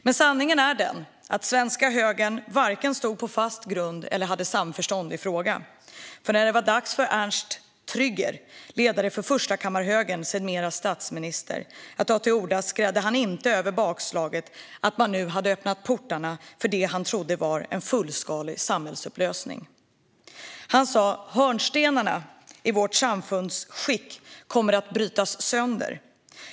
Men sanningen är den att den svenska högern varken stod på fast grund eller hade samförstånd i frågan. För när det var dags för Ernst Trygger, ledare för förstakammarhögern och sedermera statsminister, att ta till orda skrädde han inte orden över bakslaget utan sa att man nu hade öppnat portarna för det han trodde var en fullskalig samhällsupplösning. Han sa: Hörnstenarna i vårt samfundsskick kommer att brytas sönder.